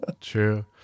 True